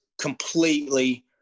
completely